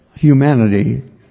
Humanity